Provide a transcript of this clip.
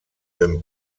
den